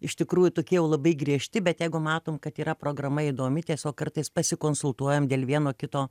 iš tikrųjų tokie jau labai griežti bet jeigu matom kad yra programa įdomi tiesiog kartais pasikonsultuojam dėl vieno kito